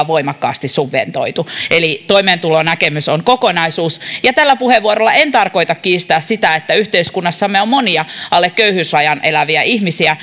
voimakkaasti subventoitu eli toimeentulonäkemys on kokonaisuus ja tällä puheenvuorolla en tarkoita kiistää sitä että yhteiskunnassamme on monia alle köyhyysrajan eläviä ihmisiä